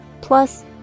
Plus